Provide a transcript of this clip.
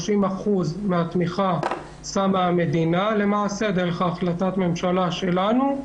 כאשר 30% מן התמיכה שמה המדינה דרך החלטת הממשלה שלנו.